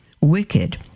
wicked